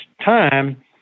time